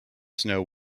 snow